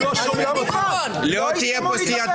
אני לא מוכן, לא יסתמו לי את הפה.